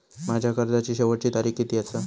माझ्या कर्जाची शेवटची तारीख किती आसा?